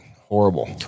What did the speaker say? Horrible